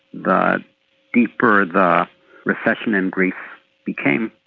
the deeper the recession in greece became.